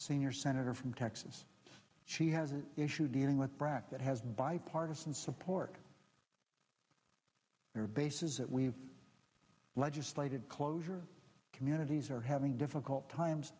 senior senator from texas she has an issue dealing with brac that has bipartisan support their bases that we've legislated closure communities are having difficult times